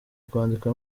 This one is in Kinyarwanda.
kwandika